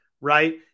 right